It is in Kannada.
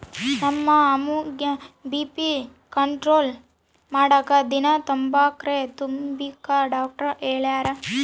ನಮ್ಮ ಅಮ್ಮುಗ್ಗ ಬಿ.ಪಿ ಕಂಟ್ರೋಲ್ ಮಾಡಾಕ ದಿನಾ ಕೋತುಂಬ್ರೆ ತಿಂಬಾಕ ಡಾಕ್ಟರ್ ಹೆಳ್ಯಾರ